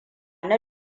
na